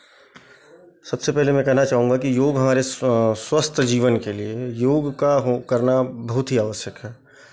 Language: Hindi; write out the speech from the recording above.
सबसे पहले में कहना चाहूँगा कि योग हमारे स्व स्वस्थ जीवन के लिये योग का हो करना बहुत ही आवश्यक है